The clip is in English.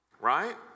right